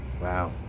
Wow